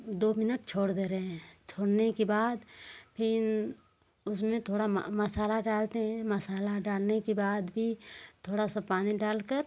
दो मिनट छोड़ दे रहे हैं छोड़ने के बाद फिर उसमें थोड़ा मा मसाला डालते हैं मसाला डालने के बाद भी थोड़ा सा पानी डालकर